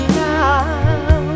now